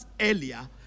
earlier